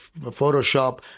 Photoshop